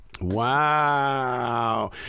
Wow